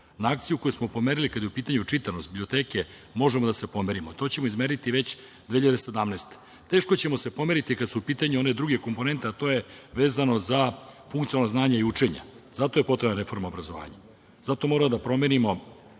Na akciju koju smo pomerili kada je u pitanju čitanost biblioteke, možemo da se pomerimo, a to ćemo izmeriti već 2017. godine. Teško ćemo se pomeriti kada su u pitanju one druge komponente, a to je vezano za funkcionalno znanje i učenje, zato je potrebna reforma obrazovanja. Zato mora da promenimo